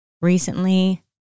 Recently